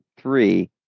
three